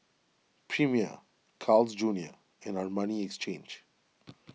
Premier Carl's Junior and Armani Exchange